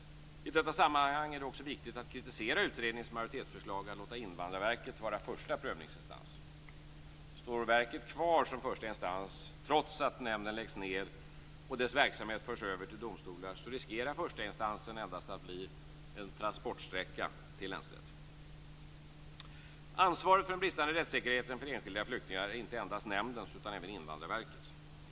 I detta sammanhang är det också viktigt att kritisera utredningens majoritetsförslag att låta Invandrarverket vara första prövningsinstans. Står verket kvar som första instans trots att nämnden läggs ned och dess verksamhet förs över till domstolar riskerar förstainstansen endast att bli en transportsträcka till länsrätten. Ansvaret för den bristande rättssäkerheten för enskilda flyktingar är inte endast nämndens utan även Invandrarverkets.